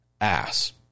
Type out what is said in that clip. ass